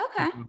Okay